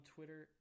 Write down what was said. Twitter